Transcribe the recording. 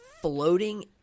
floating